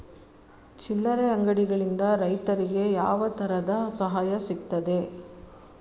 ಚಿಲ್ಲರೆ ಅಂಗಡಿಗಳಿಂದ ರೈತರಿಗೆ ಯಾವ ತರದ ಸಹಾಯ ಸಿಗ್ತದೆ?